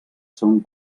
són